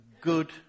good